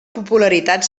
popularitat